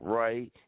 right